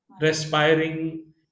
respiring